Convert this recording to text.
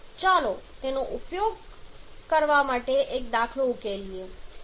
ચાલો તેનો ઉપયોગ આ એક દાખલો ઉકેલવા માટે કરીએ